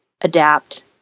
adapt